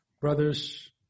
Brothers